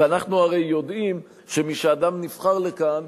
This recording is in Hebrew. ואנחנו הרי יודעים שמשנבחר אדם לכאן,